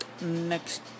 next